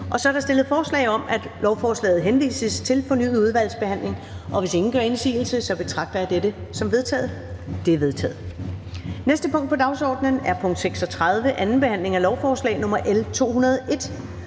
Så er der stillet forslag om, at lovforslaget henvises til fornyet udvalgsbehandling, og hvis ingen gør indsigelse, betragter jeg dette som vedtaget. Det er vedtaget. --- Det næste punkt på dagsordenen er: 36) 2. behandling af lovforslag nr. L 201: